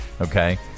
okay